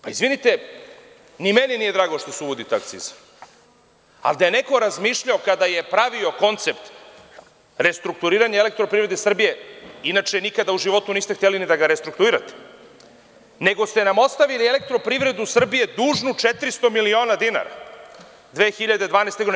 Pa, izvinite, ni meni nije drago što se uvodi ta akciza, ali da je neko razmišljao kada je pravio koncept restrukturiranja Elektroprivrede Srbije, inače nikada u životu niste hteli ni da ga restrukturirate, nego ste nam ostavili Elektroprivredu Srbije dužnu 400 miliona dinara 2012. godine.